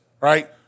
right